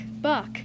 buck